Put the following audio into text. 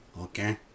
okay